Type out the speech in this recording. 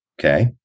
Okay